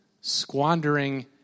squandering